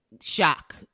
shock